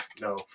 No